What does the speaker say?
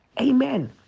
Amen